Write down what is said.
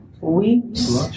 weeps